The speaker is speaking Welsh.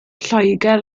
lloegr